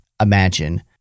imagine